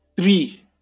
Three